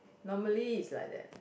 normally is like that